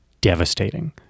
devastating